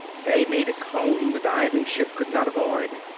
they made a cone the diving ship could not avoid.